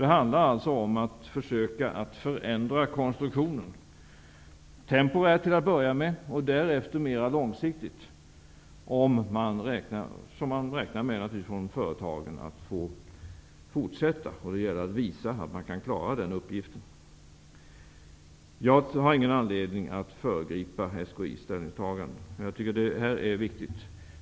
Det handlar alltså om att försöka förändra konstruktionen, temporärt till att börja med och därefter mera långsiktigt. Företagen räknar med att få fortsätta, och det gäller att visa att de kan klara den uppgiften. Jag har ingen anledning att föregripa SKI:s ställningstagande, och jag tycker att det här är viktigt.